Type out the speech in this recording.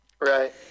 right